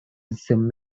zoom